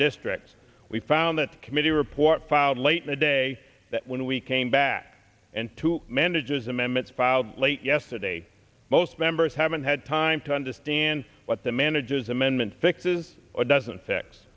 district we found that committee report filed late in the day that when we came back and two manages amendments filed late yesterday most members haven't had time to understand what the manager's amendment fixes or doesn't fix